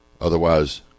otherwise